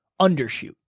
undershoot